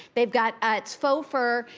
they've got at full fur.